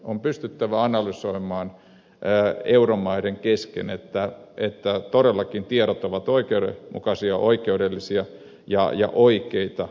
on pystyttävä analysoimaan euromaiden kesken että tiedot ovat todellakin oikeudenmukaisia oikeudellisia ja oikeita